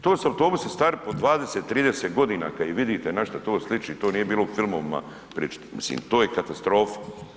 To su autobusi stari po 20, 30 godina, kada vidite našta to sliči to nije bilo u filmovima, to je katastrofa.